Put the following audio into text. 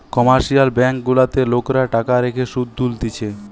commercial bank গুলাতে লোকরা টাকা রেখে শুধ তুলতিছে